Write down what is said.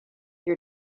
your